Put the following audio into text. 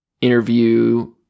interview